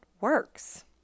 works